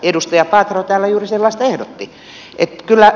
edustaja paatero täällä juuri sellaista ehdotti